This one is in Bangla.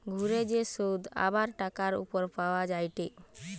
ঘুরে যে শুধ আবার টাকার উপর পাওয়া যায়টে